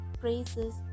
praises